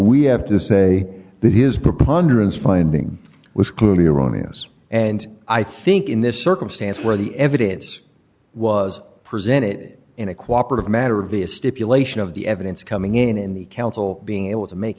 we have to say that his proponents finding was clearly erroneous and i think in this circumstance where the evidence was presented in a cooperative matter via stipulation of the evidence coming in in the council being able to make